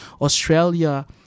Australia